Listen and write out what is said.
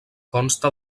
consta